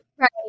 Right